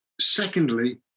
secondly